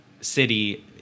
city